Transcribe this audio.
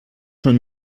són